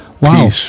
Wow